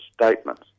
statements